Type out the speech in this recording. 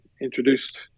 introduced